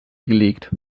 gelegt